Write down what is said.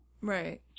Right